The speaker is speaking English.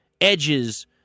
edges